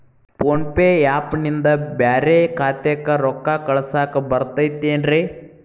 Phone pay app ನಿಂದ ಬ್ಯಾರೆ ಖಾತೆಕ್ ರೊಕ್ಕಾ ಕಳಸಾಕ್ ಬರತೈತೇನ್ರೇ?